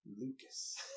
Lucas